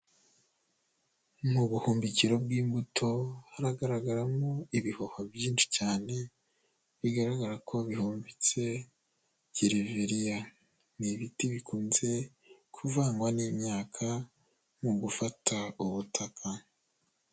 Mu buhumbikiro bw'imbuto, haragaragaramo ibihoho byinshi cyane, bigaragara ko bihumbitse gereveriya, ni ibiti bikunze kuvangwa n'imyaka mu gufata ubutaka.